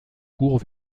court